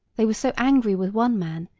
they were so angry with one man,